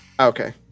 okay